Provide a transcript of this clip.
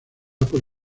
por